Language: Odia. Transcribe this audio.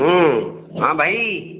ହୁଁ ହଁ ଭାଇ